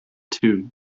two